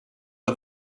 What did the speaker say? why